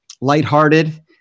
lighthearted